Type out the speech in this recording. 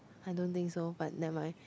I don't think so but never mind